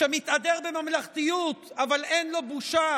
שמתהדר בממלכתיות, אבל אין לו בושה